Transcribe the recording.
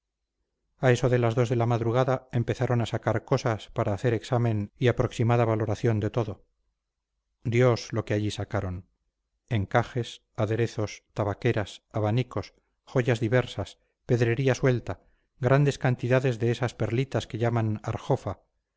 a eso de las dos de la madrugada empezaron a sacar cosas para hacer examen y aproximada valoración de todo dios lo que allí sacaron encajes aderezos tabaqueras abanicos joyas diversas pedrería suelta grandes cantidades de esas perlitas que llaman arjofa